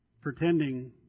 pretending